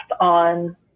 on